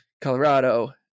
Colorado